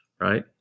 right